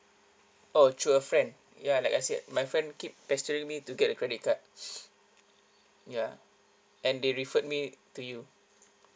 oh through a friend ya like I said my friend keep pestering me to get a credit card ya and they referred me to you